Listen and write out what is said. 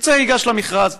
ירצה, ייגש למכרז.